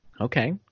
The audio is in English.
Okay